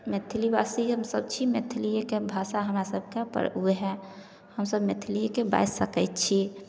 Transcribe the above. मैथिलीवासी हमसभ छी मैथिलीके भाषा हमरासभकेँ पर ओहे हमसभ मैथिलिएके बाजि सकै छी